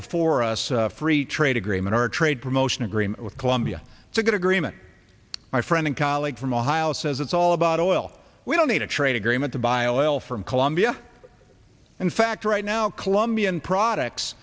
before us free trade agreement our trade promotion agreement with colombia to get agreement my friend and colleague from ohio says it's all about oil we don't need a trade agreement to buy a oil from colombia in fact right now colombian products